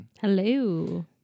Hello